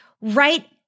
right